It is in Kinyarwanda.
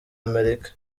amerika